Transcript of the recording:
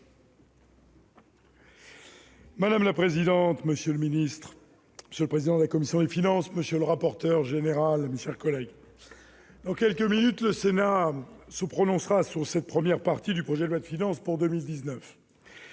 Madame la présidente, monsieur le secrétaire d'État, monsieur le président de la commission des finances, monsieur le rapporteur général, mes chers collègues, dans quelques minutes, le Sénat se prononcera sur la première partie du projet de loi de finances pour 2019.